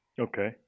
Okay